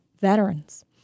veterans